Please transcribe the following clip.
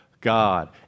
God